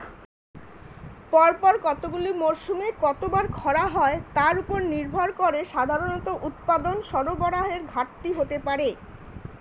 পরপর কতগুলি মরসুমে কতবার খরা হয় তার উপর নির্ভর করে সাধারণত উৎপাদন সরবরাহের ঘাটতি হতে পারে